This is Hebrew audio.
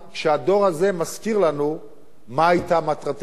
כשהדור הזה מזכיר לנו מה היתה מטרתנו.